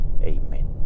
Amen